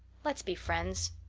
let's be friends.